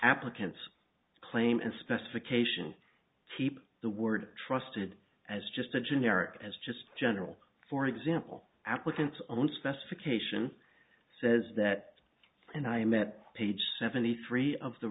applicants claim and specifications keep the word trusted as just a generic as just general for example applicants on specification says that and i met page seventy three of the